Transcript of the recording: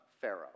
Pharaoh